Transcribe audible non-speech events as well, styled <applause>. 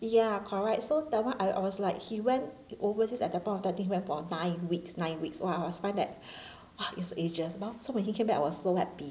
ya correct so that one I I was like he went overseas at the point of time he went for nine weeks nine weeks !wah! I was find that <breath> !wah! it's ages !wow! so when he came back I was so happy